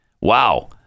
Wow